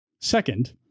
Second